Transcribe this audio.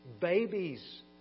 babies